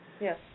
yes